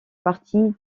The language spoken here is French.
partie